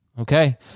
Okay